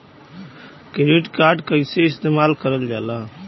Credit card कईसे इस्तेमाल करल जाला?